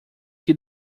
que